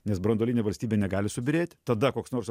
nes branduolinė valstybė negali subyrėt tada koks nors